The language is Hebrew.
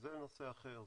זה נושא אחר.